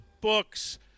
books